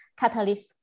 catalyst